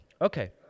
Okay